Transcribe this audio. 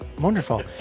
Wonderful